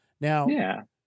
Now